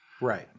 Right